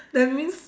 that means